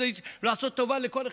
ולעשות טובה לכל אחד,